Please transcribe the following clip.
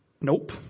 Nope